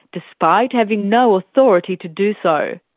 despite having no authority to do so.